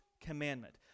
commandment